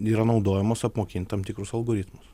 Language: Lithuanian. yra naudojamos apmokint tam tikrus algoritmus